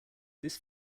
this